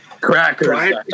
Crackers